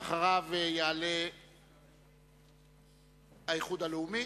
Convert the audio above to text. אחריו יעלה האיחוד הלאומי,